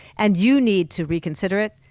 and you need to reconsider it,